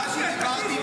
בגלל שדיברתי,